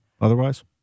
otherwise